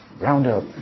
Roundup